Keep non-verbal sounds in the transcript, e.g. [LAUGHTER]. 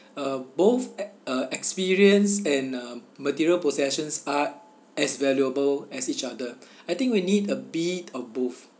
[BREATH] uh both e~ uh experience and uh material possessions are as valuable as each other [BREATH] I think we need a bit of both